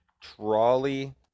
Trolley